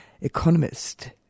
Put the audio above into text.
economist